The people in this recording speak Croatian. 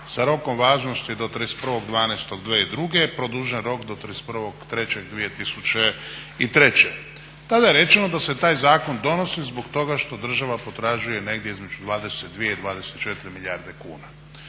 sa rokom važnosti do 31.12.2002. produžen rok do 31.3.2003. Tada je rečeno da se taj zakon donosi zbog toga što država potražuje negdje između 22 i 24 milijarde kuna.